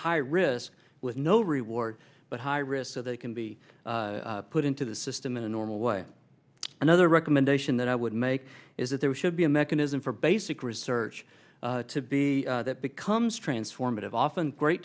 high risk with no reward but high risk so they can be put into the system in a normal way another recommendation that i would make is that there should be a mechanism for basic research to be that becomes transformative often great